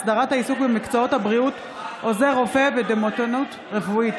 (הסדרת העיסוק במקצועות הבריאות עוזר רופא ודימותנות רפואית),